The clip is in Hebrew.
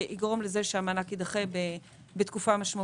שיגרום לכך שהמענק יידחה בתקופה משמעותית.